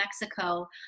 Mexico